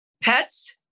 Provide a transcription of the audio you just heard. pets